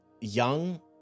young